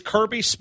Kirby